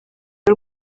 y’u